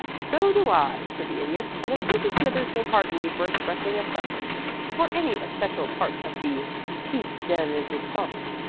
so do i, said the idiot and if mrs. smithers will pardon me for expressing a preference for any especial part of the piece de resistance,